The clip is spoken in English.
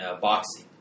boxing